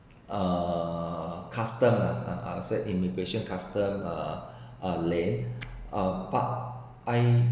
uh customs uh I’ll said immigration customs uh lane uh but I